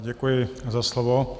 Děkuji za slovo.